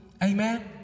Amen